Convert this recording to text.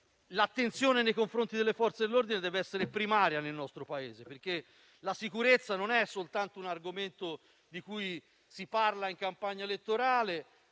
L'attenzione nei loro confronti deve infatti essere primaria nel nostro Paese, perché la sicurezza non è soltanto un argomento di cui si parla in campagna elettorale